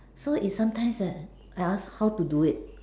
so is sometime that I ask how to do it